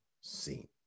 seen